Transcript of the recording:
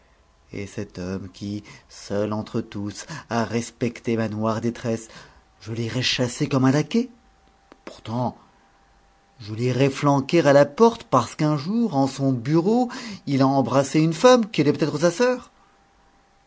et cet homme qui seul entre tous a respecté ma noire détresse je l'irais chasser comme un laquais pourtant je l'irais flanquer à la porte parce qu'un jour en son bureau il a embrassé une femme qui était peut-être sa sœur